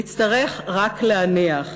נצטרך רק להניח